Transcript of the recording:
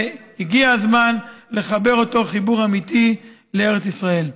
והגיע הזמן לחבר אותו חיבור אמיתי לארץ ישראל.